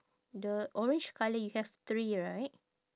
the orange colour you have three right